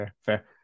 fair